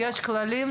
יש כללים,